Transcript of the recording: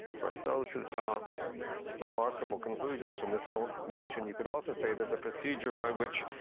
course, those who draw remarkable conclusions from this don't mention you could also say there's a procedure by which,